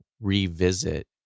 revisit